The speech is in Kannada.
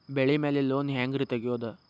ಬೆಳಿ ಮ್ಯಾಲೆ ಲೋನ್ ಹ್ಯಾಂಗ್ ರಿ ತೆಗಿಯೋದ?